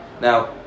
Now